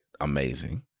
amazing